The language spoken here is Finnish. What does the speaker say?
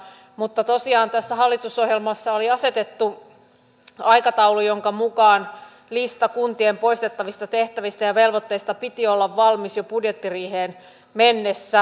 mutta tosiaan tässä hallitusohjelmassa oli asetettu aikataulu jonka mukaan listan kuntien poistettavista tehtävistä ja velvoitteista piti olla valmis jo budjettiriiheen mennessä